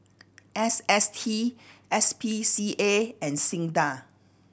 S S T S P C A and SINDA